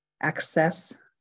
access